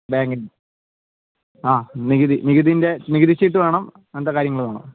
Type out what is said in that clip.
ബാങ്കിന്റെ അ നികുതി നികുതീന്റെ നികുതി ചീട്ട് വേണം അങ്ങനത്തെ കാര്യങ്ങള് വേണം